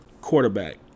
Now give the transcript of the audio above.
quarterback